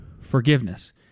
forgiveness